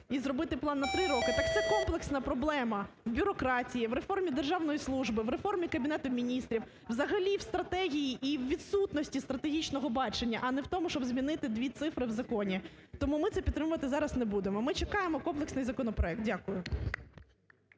і зробити план на роки? Так це комплексна проблема в бюрократії, в реформі державної служби, в реформі Кабінету Міністрів, взагалі в стратегії і у відсутності стратегічного бачення, а не в тому, щоб змінити дві цифри в законі. Тому ми це підтримувати зараз не будемо. Ми чекаємо комплексний законопроект. Дякую.